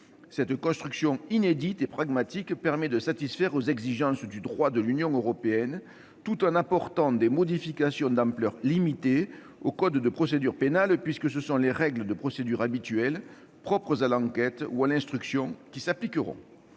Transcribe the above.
Cette construction inédite et pragmatique permet de satisfaire aux exigences du droit de l'Union européenne, tout en apportant des modifications d'ampleur limitée au code de procédure pénale puisque ce sont les règles de procédure habituelles, propres à l'enquête ou à l'instruction, qui s'appliqueront.